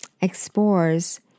explores